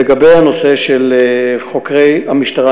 לגבי הנושא של חוקרי המשטרה,